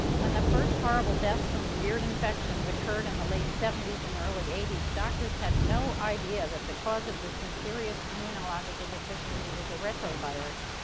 when the first horrible deaths from weird infections occurred in the late seventy s and early eighty s, doctors had no idea that the cause of this mysterious immunological deficiency was a retrovirus,